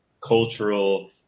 cultural